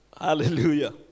Hallelujah